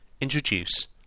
introduce